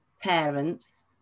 parents